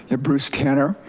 ah bruce kanner,